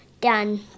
done